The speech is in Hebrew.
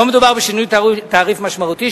לא מדובר בשינוי תעריף משמעותי,